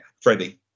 Freddie